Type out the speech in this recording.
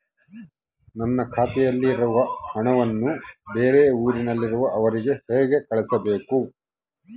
ನನ್ನ ಖಾತೆಯಲ್ಲಿರುವ ಹಣವನ್ನು ಬೇರೆ ಊರಿನಲ್ಲಿರುವ ಅವರಿಗೆ ಹೇಗೆ ಕಳಿಸಬೇಕು?